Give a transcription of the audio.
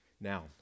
Now